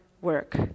work